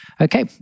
Okay